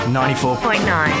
94.9